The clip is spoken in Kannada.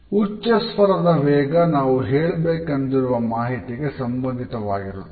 ಉಚ್ಚಸ್ವರದ ವೇಗ ನಾವು ಹೇಳ್ಬೇಕೆಂದಿರುವ ಮಾಹಿತಿಗೆ ಸಂಬಂಧಿತವಾಗಿರುತ್ತದೆ